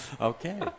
Okay